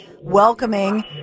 welcoming